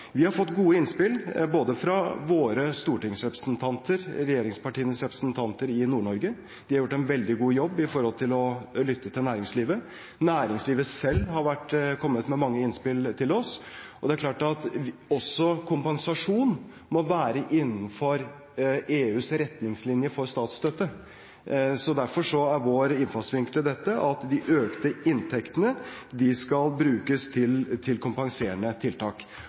Vi har fått gode innspill fra våre stortingsrepresentanter – regjeringspartienes representanter i Nord-Norge. De har gjort en veldig god jobb og lyttet til næringslivet, og næringslivet selv har kommet med mange innspill til oss. Det er klart at også kompensasjon må være innenfor EUs retningslinjer for statsstøtte, og derfor er vår innfallsvinkel at de økte inntektene skal brukes til kompenserende tiltak.